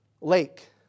lake